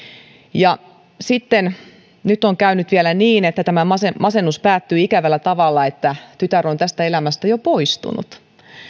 ja sitten on käynyt vielä niin että tämä masennus masennus päättyi ikävällä tavalla tytär on tästä elämästä jo poistunut